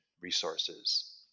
resources